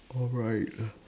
alright